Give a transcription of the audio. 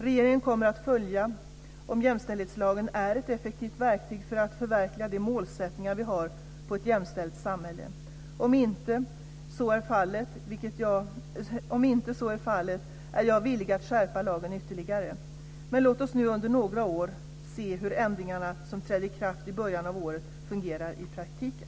Regeringen kommer att följa om jämställdhetslagen är ett effektivt verktyg för att förverkliga de målsättningar som vi har på ett jämställt samhälle. Om så inte är fallet, är jag villig att skärpa lagen ytterligare. Men låt oss nu under några år se hur de ändringar som trädde i kraft i början av detta år fungerar i praktiken.